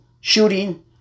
shooting